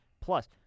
plus